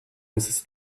mrs